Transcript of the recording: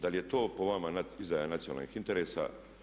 Da li je to po vama izdaja nacionalnih interesa?